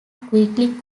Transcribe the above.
quickly